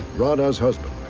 radha's husband.